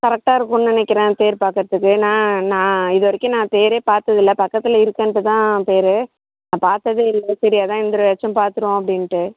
கரெக்டாக இருக்குதுன்னு நினைக்கிறேன் தேர் பார்க்கறதுக்கு நான் நான் இதுவரைக்கும் நான் தேரே பார்த்ததுல்ல பக்கத்தில் இருக்கேன்ட்டு தான் பேர் நான் பார்த்ததே இல்லை சரி அதுதான் இந்த தடவையாச்சும் பார்த்துருவோம் அப்படினுட்டு